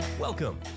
Welcome